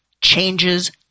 changes